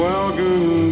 Welcome